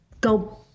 go